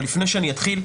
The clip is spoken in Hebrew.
אבל לפני שאני אתחיל,